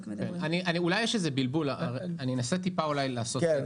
אולי יש איזה בלבול ואני אנסה לעשות סדר